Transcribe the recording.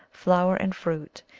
flower, and fruit,